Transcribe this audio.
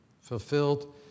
fulfilled